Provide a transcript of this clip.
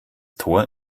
tor